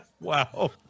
Wow